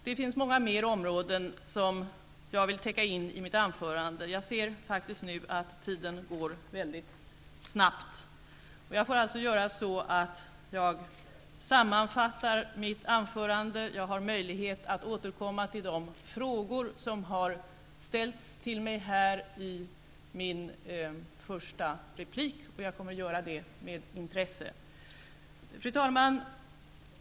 Det finns många fler områden som jag ville täcka in i mitt anförande, men jag ser nu att tiden går snabbt. Jag vill sammanfatta mitt anförande, men jag har möjlighet i min första replik att återkomma till de frågor som har ställts till mig. Fru talman!